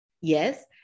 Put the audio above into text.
yes